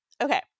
Okay